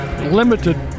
limited